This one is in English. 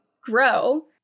grow